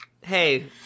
Hey